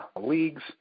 leagues